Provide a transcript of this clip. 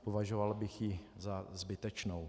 Považoval bych ji za zbytečnou.